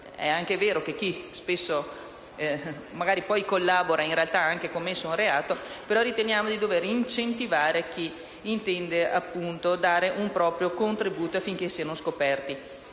e che è vero che chi collabora spesso ha commesso un reato, riteniamo di dover incentivare chi intende dare il proprio contributo affinché siano scoperti